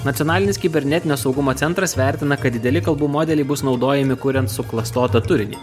nacionalinis kibernetinio saugumo centras vertina kad dideli kalbų modeliai bus naudojami kuriant suklastotą turinį